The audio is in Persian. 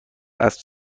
اسب